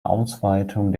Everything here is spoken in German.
ausweitung